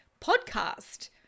Podcast